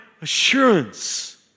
assurance